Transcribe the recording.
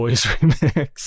remix